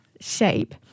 shape